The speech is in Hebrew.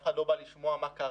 אף אחד לא בא לשמוע מה קרה,